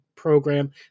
Program